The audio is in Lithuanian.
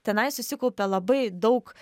tenai susikaupia labai daug